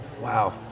Wow